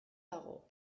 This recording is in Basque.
dago